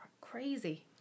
crazy